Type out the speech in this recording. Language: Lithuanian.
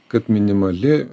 kad minimali